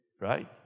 right